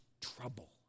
trouble